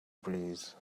breeze